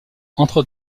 entre